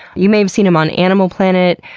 you may have seen him on animal planet,